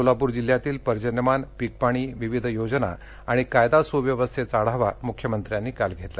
सोलापूर जिल्ह्यातील पर्जन्यमान पिकपाणी विविध योजना आणि कायदा सुव्यवस्थेचा आढावा मुख्यमंत्र्यांनी काल घेतला